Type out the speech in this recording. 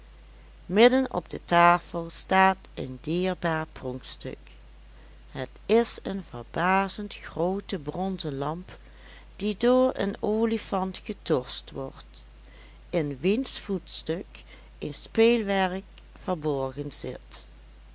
midden op de tafel staat een dierbaar pronkstuk het is een verbazend groote bronzen lamp die door een olifant getorst wordt in wiens voetstuk een speelwerk verborgen zit